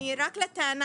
אני רק לטענה,